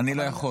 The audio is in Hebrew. אני לא יכול.